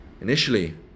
Initially